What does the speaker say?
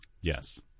Yes